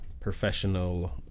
professional